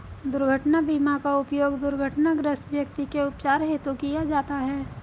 दुर्घटना बीमा का उपयोग दुर्घटनाग्रस्त व्यक्ति के उपचार हेतु किया जाता है